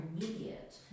immediate